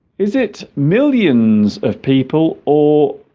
is it millions of people or